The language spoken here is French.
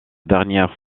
dernière